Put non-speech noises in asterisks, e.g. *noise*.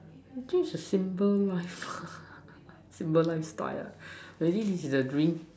this is a simple life *laughs* simple life style ah maybe this is a dream